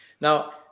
Now